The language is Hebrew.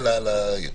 האלה.